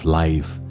life